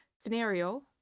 scenario